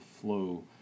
flow